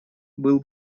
был